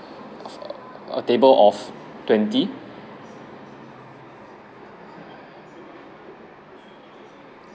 err table of twenty